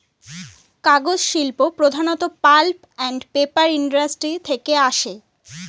কাগজ শিল্প প্রধানত পাল্প অ্যান্ড পেপার ইন্ডাস্ট্রি থেকে আসে